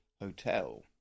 hotel